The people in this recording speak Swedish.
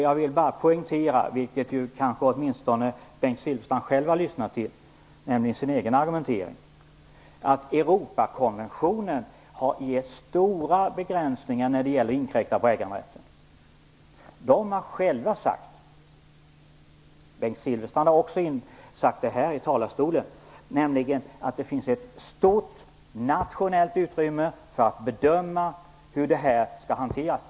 Jag vill bara poängtera något som åtminstone Bengt Silfverstrand själv kanske har lyssnat till, nämligen hans egen argumentering, att Europakonventionen ger stora begränsningar när det gäller inkräktande på äganderätten. Europakonventionen har själv sagt - Bengt Silfverstrand har också sagt det här i talarstolen - att det finns ett stort nationellt utrymme för att bedöma hur detta skall hanteras.